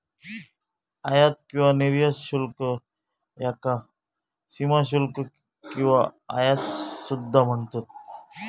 आयात किंवा निर्यात शुल्क याका सीमाशुल्क किंवा आयात सुद्धा म्हणतत